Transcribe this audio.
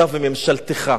אתה וממשלתך,